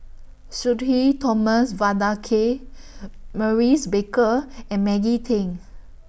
Sudhir Thomas Vadaketh Maurice Baker and Maggie Teng